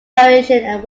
variation